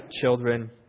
children